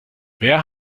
wer